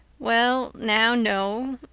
well, now, no,